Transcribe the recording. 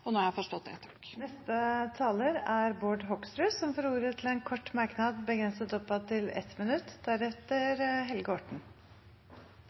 Nå har jeg forstått det. Representanten Bård Hoksrud har hatt ordet to ganger tidligere og får ordet til en kort merknad, begrenset til 1 minutt.